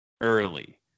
early